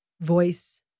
voice